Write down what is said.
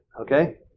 Okay